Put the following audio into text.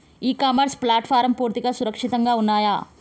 ఇ commerce ప్లాట్ఫారమ్లు పూర్తిగా సురక్షితంగా ఉన్నయా?